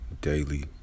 daily